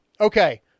Okay